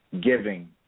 giving